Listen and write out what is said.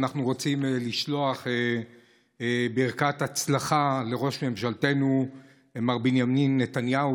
אנחנו רוצים לשלוח ברכת הצלחה לראש ממשלתנו מר בנימין נתניהו,